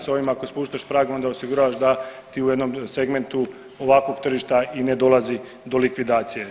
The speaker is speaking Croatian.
Sa ovim ako spuštaš prag onda osiguravaš da ti u jednom segmentu ovakvog tržišta i ne dolazi do likvidacije.